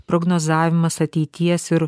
prognozavimas ateities ir